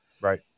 Right